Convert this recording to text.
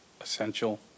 essential